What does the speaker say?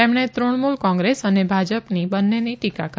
તેમણે તૃણમુલ કોંગ્રેસ અને ભાજપની ટીકા કરી